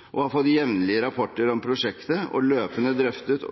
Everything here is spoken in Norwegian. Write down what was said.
opp administrasjonen, fått jevnlige rapporter om prosjektet og løpende drøftet